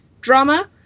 drama